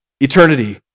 eternity